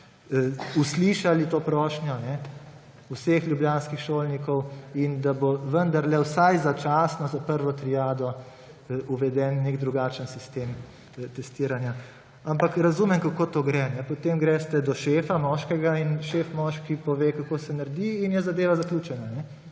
uslišali to prošnjo vseh ljubljanskih šolnikov in da bo vendarle vsaj začasno za prvo triado uveden nek drugačen sistem testiranja. Ampak razumemo, kako to gre. Potem greste do šefa, moškega, in šef – moški – pove, kako se naredi in je zadeva zaključena.